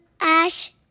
Ash